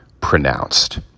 pronounced